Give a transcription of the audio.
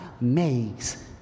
makes